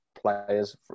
players